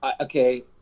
Okay